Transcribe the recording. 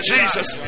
Jesus